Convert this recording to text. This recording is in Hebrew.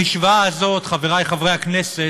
המשוואה הזאת, חברי חברי הכנסת,